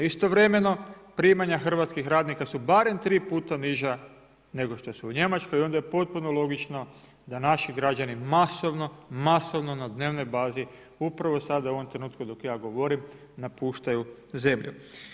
Istovremeno primanja hrvatskih radnika su barem tri puta niža nego što su u Njemačkoj i onda je potpuno logično da naši građani masovno, masovno na dnevnoj bazi upravo sada u ovom trenutku dok ja govorim napuštaju zemlju.